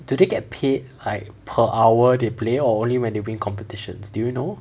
do they get paid like per hour they play or only when they win competitions do you know